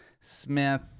Smith